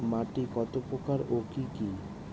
মাটি কত প্রকার ও কি কি?